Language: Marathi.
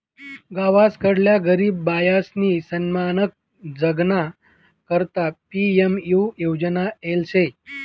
गावसकडल्या गरीब बायीसनी सन्मानकन जगाना करता पी.एम.यु योजना येल शे